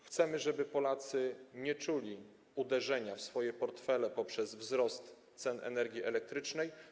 Chcemy, żeby Polacy nie czuli uderzenia w swoje portfele w wyniku wzrostu cen energii elektrycznej.